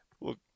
Look